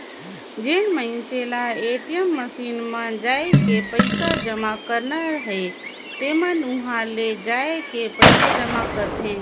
जेन मइनसे ल ए.टी.एम मसीन म जायके पइसा जमा करना हे तेमन उंहा ले जायके पइसा जमा करथे